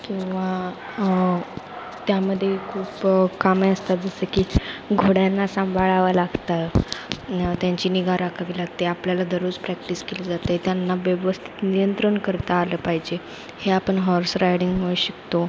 किंवा त्यामध्ये खूप कामं असतात जसं की घोड्यांना सांभाळावा लागतं त्यांची निगा राखावी लागते आपल्याला दररोज प्रॅक्टिस केली जाते त्यांना व्यवस्थित नियंत्रण करता आलं पाहिजे हे आपण हॉर्स रायडिंगमुळे शिकतो